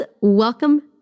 welcome